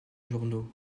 journaux